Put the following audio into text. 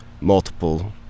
multiple